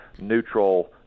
neutral